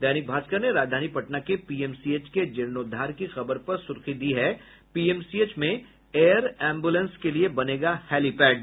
दैनिक भास्कर ने राजधानी पटना के पीएमसीएच के जीर्णोद्वार की खबर पर सुर्खी दी है पीएमसीएच में एयर एम्बुलेंस के लिए बनेगा हैलीपैड